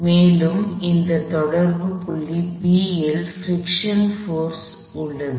மேலும் இந்த தொடர்பு புள்ளி B ல் பிரிக்க்ஷன் போர்ஸ் உள்ளது